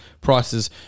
prices